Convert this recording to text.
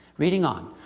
reading on.